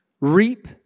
Reap